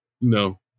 No